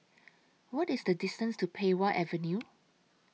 What IS The distance to Pei Wah Avenue